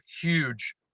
huge